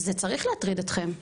זה צריך להטריד אתכם.